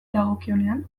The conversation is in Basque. dagokionean